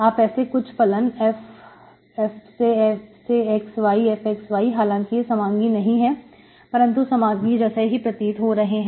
आप ऐसे कुछ फलन F f से x y fxy हालांकि यह समांगी नहीं है परंतु समांगी जैसे ही प्रतीत हो रहे हैं